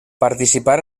participar